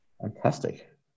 Fantastic